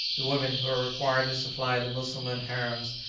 the women, who are required to supply the mussulman harems,